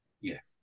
Yes